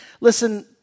listen